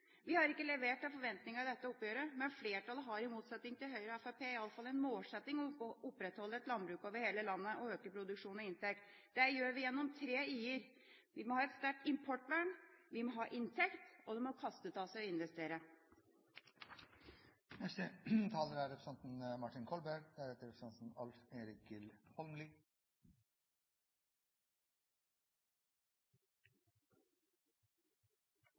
Vi har ikke levert etter forventningene i dette oppgjøret. Men flertallet har – i motsetning til Høyre og Fremskrittspartiet – iallfall en målsetting om å opprettholde et landbruk over hele landet og å øke produksjon og inntekt. Det gjør vi gjennom tre i-er: Vi må ha et sterkt importvern. Vi må ha inntekt. Det må kaste av seg å investere. Representanten